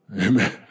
Amen